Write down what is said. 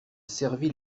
servit